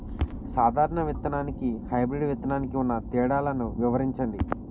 సాధారణ విత్తననికి, హైబ్రిడ్ విత్తనానికి ఉన్న తేడాలను వివరించండి?